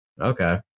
okay